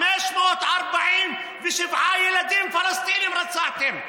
547 ילדים פלסטינים רצחתם.